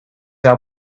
our